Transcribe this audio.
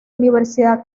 universidad